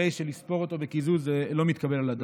הרי שלספור אותו בקיזוז זה לא מתקבל על הדעת.